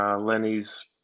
Lenny's